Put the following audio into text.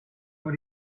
what